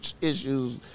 issues